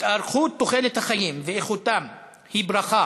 העלייה בתוחלת החיים ואיכות החיים הן ברכה